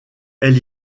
elle